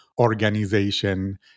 organization